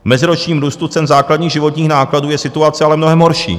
V meziročním růstu cen základních životních nákladů je situace ale mnohem horší.